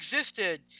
existed